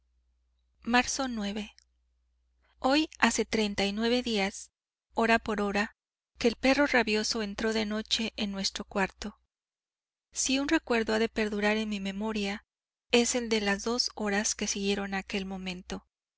marzo hoy hace treinta y nueve días hora por hora que el perro rabioso entró de noche en nuestro cuarto si un recuerdo ha de perdurar en mi memoria es el de las dos horas que siguieron a aquel momento